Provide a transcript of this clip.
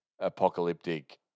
apocalyptic